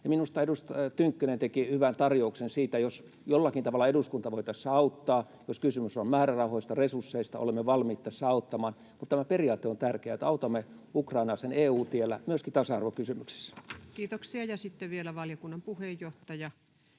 Minusta edustaja Tynkkynen teki hyvän tarjouksen, että jos jollakin tavalla eduskunta voi tässä auttaa, jos kysymys on määrärahoista ja resursseista, niin olemme valmiita auttamaan. Tämä periaate on tärkeä, että autamme Ukrainaa sen EU-tiellä myöskin tasa-arvokysymyksissä. Kiitoksia. — Sitten vielä valiokunnan puheenjohtaja,